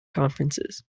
conferences